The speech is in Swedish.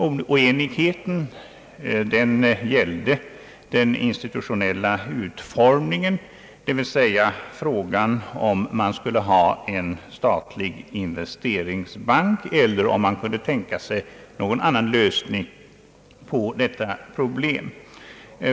Oenigheten gällde den institutionella utformningen, dvs. frågan om man skulle ha en statlig investeringsbank eller om man kunde tänka sig någon annan lösning på detta problem.